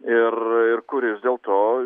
ir ir kuris dėl to